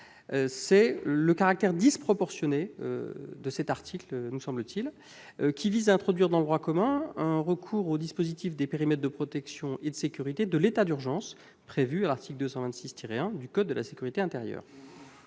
un caractère disproportionné, car celui-ci tend à introduire dans le droit commun un recours au dispositif des périmètres de protection et de sécurité de l'état d'urgence, prévu à l'article L. 226-1 du code de la sécurité intérieure.